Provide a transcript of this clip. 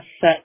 set